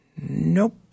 Nope